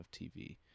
tv